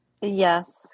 Yes